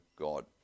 God